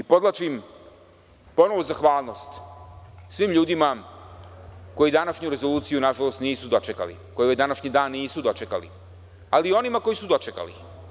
Podvlačim ponovo zahvalnost svim ljudima koji današnju rezoluciju, nažalost, nisu dočekali, koji današnji dan nisu dočekali, ali i onima koji su dočekali.